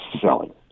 selling